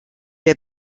der